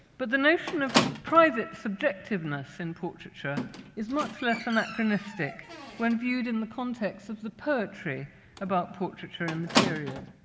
but the notion of private subjectiveness in portraiture is much less anachronistic when viewed in the context of the poetry about portraiture in the period.